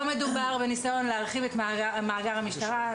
לא מדובר בניסיון להרחיב את מאגר המשטרה.